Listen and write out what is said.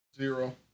zero